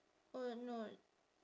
oh no